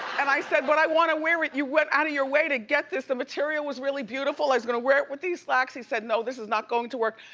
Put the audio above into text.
and i said, but, i wanna wear it. you went out of your way to get this. the material was really beautiful, i was gonna wear it with these slacks. he said, no, this is not going to work.